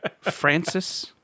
Francis